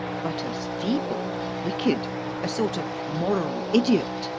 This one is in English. but as feeble or wicked a sort of moral idiot,